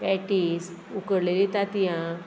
patties उकडलेलीं तांतयां